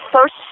first